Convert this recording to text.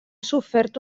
sofert